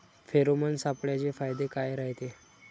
Pheromone सापळ्याचे फायदे काय रायते?